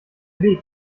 weg